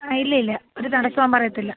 ആ ഇല്ല ഇല്ല ഒരു തടസ്സവും പറയത്തില്ല